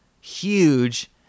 huge